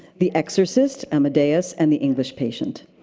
the exorcist, amadeus, and the english patient.